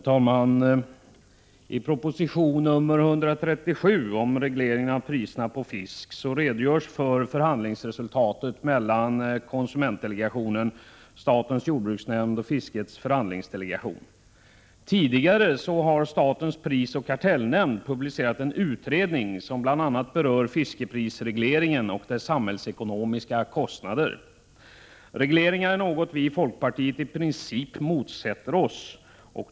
Herr talman! I proposition 137 om reglering av priserna på fisk redogörs för resultatet av förhandlingarna mellan konsumentdelegationen, statens jordbruksnämnd och fiskets förhandlingsdelegation. Tidigare har statens prisoch kartellnämnd publicerat en utredning som berör fiskeprisregleringen och dess samhällsekonomiska kostnader. Regleringar är något vi i folkpartiet i princip motsätter oss.